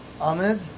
Ahmed